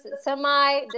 semi